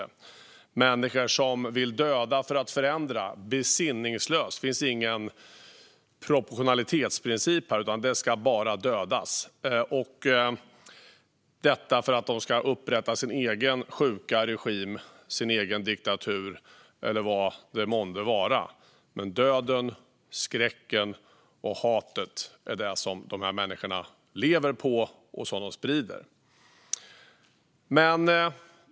Det rör sig om människor som vill döda för att förändra, besinningslöst. Det finns ingen proportionalitetsprincip, utan det handlar om att döda för att upprätta sin egen sjuka regim, diktatur eller vad det månde vara. Döden, skräcken och hatet är det som dessa människor lever på och sprider.